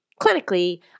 Clinically